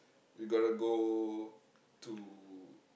we got to go to